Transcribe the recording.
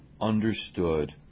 understood